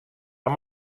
dan